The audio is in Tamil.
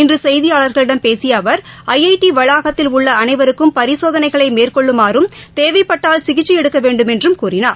இன்றசெய்தியாளர்களிடம் பேசிய அவர் ஜஜடவளாகத்தில் உள்ள அனைவருக்கும் பரிசோதனைகளைமேற்கொள்ளுமாறும் தேவைப்பட்டால் சிகிச்சைடுக்கவேண்டும் என்றும் கூறினார்